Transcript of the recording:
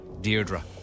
Deirdre